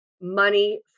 money